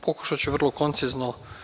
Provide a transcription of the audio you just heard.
Pokušaću vrlo koncizno.